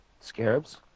scarabs